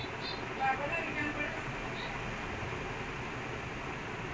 ah இப்போ தான் படிச்சேன்:ippo dhaan padichaen they say we pay up to eighty hours eighty dollars